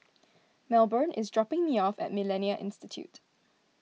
Melbourne is dropping me off at Millennia Institute